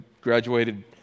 graduated